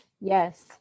yes